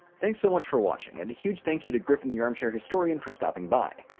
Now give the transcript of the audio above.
thanks so much for watching and a huge thank you to griffin, the armchair historian for stopping by.